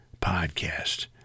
podcast